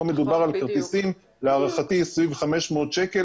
פה מדובר על כרטיסים להערכתי סביב 500 ₪,